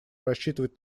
рассчитывать